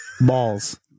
Balls